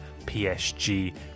PSG